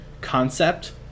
concept